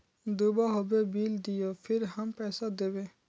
दूबा होबे बिल दियो फिर हम पैसा देबे?